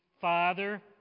Father